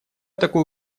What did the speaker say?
такую